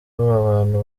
abantu